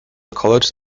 college